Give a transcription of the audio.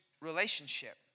relationship